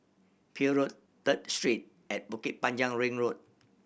Peel Road Third Street and Bukit Panjang Ring Road